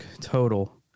total